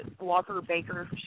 Walker-Baker